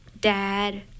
dad